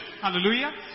Hallelujah